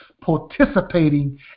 participating